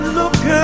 look